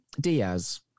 Diaz